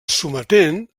sometent